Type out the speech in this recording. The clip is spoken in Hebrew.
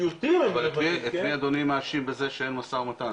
אבל את מי אדוני מאשים שאין משא ומתן,